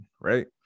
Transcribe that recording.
right